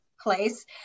place